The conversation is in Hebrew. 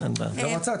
לא מצת,